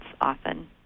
often